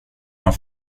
har